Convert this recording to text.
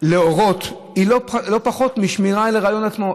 להורות היא לא פחותה משמירה על ההיריון עצמו.